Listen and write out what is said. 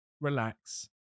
relax